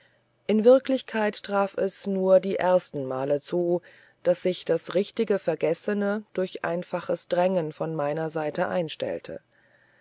in wirklichkeit traf es nur die ersten male zu daß sich das richtige vergessene durch einfaches drängen von meiner seite einstellte